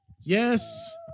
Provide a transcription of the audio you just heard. Yes